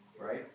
right